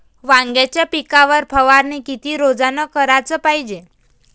वांग्याच्या पिकावर फवारनी किती रोजानं कराच पायजे?